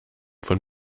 von